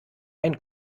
einen